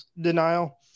denial